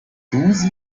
susi